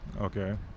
okay